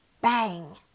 Bang